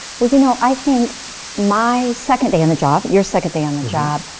we can no, i think my second day on the job, your second day on the job,